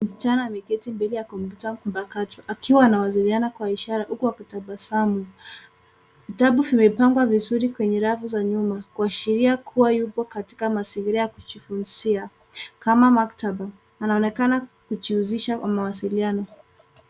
Msichana ameketi mbele ya kompyuta mpakato, akiwa anawasiliana kwa ishara huku akitabasamu. Vitabu vimepangwa vizuri kwenye rafu za nyuma, kuashiria kuwa yupo katika mazingira ya kujifunzia, kama maktaba. Anaonekana kujiuzisha kwa mawasiliano.